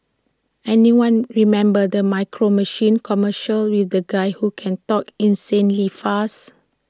anyone remember the micro machines commercials with the guy who can talk insanely fast